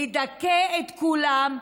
לדכא את כולם.